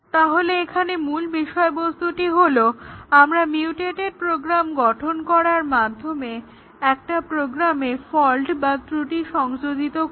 তাহলে এখানে মূল বিষয়বস্তুটি হলো আমরা মিউটেটেড প্রোগ্রাম গঠন করার মাধ্যমে একটা প্রোগ্রামে ফল্ট বা ত্রুটি সংযোজিত করব